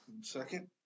second